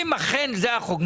אם אכן זה החוק,